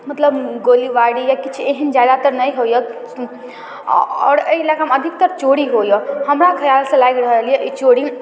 मतलब गोलीबारी या किछु एहन ज्यादातर नहि होइए आओर एहि इलाकामे अधिकतर चोरी होइए हमरा खिआलसँ लागि रहल अइ ई चोरी